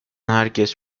herkes